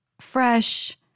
fresh